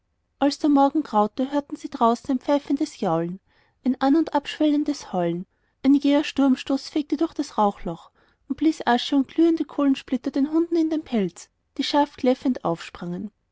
als der morgen graute hörten sie draußen ein pfeifendes jaulen ein an und abschwellendes heulen ein jäher sturmstoß fegte durch das rauchloch und blies asche und glühende kohlensplitter den hunden in den pelz daß sie scharf kläffend aufsprangen